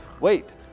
Wait